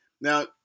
Now